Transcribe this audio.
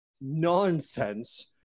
nonsense